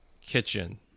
kitchen